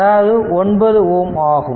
அதாவது 9 ஓம் ஆகும்